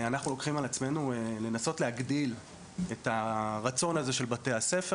אנחנו לוקחים על עצמנו לנסות להגדיל את הרצון הזה של בתי הספר,